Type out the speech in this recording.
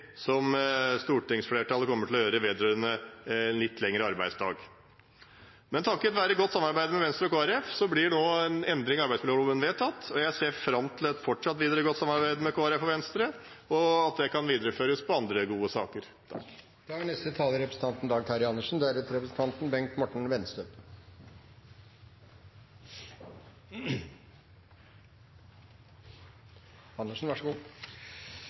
som stortingsflertallet kommer til å gjøre vedrørende litt lengre arbeidsdag. Men takket være godt samarbeid med Venstre og Kristelig Folkeparti blir nå endringene i arbeidsmiljøloven vedtatt. Jeg ser fram til et fortsatt godt samarbeid med Kristelig Folkeparti og Venstre, som kan videreføres i andre gode saker. De vedtakene som kommer til å bli fattet her en eller annen gang utpå kvelden, gjør at jeg for min del synes at dagen i dag er en trist dag.